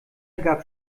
gab